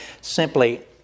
simply